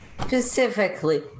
Specifically